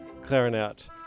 clarinet